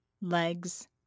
legs